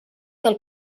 del